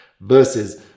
versus